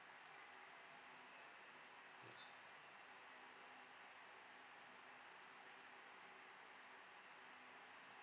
yes